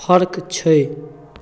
फर्क छै